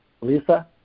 Lisa